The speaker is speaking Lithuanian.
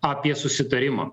apie susitarimą